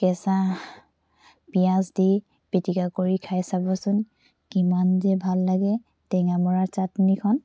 কেঁচা পিঁয়াজ দি পিটিকা কৰি খাই চাবচোন কিমান যে ভাল লাগে টেঙামৰাৰ চাটনিখন